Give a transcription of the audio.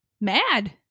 mad